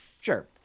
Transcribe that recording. Sure